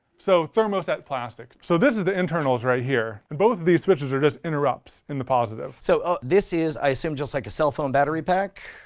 so thermoset plastics. so this is the internals right here. both of these switches are just interrupts in the positive. so this is i assume just like a cellphone battery pack?